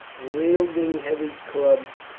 wielding heavy clubs,